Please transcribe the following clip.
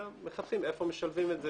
אלא מחפשים איפה משלבים את זה.